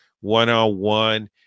one-on-one